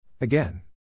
Again